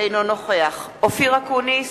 אינו נוכח אופיר אקוניס,